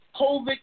COVID